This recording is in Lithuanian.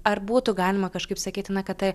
ar būtų galima kažkaip sakyti na kad tai